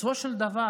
בסופו של דבר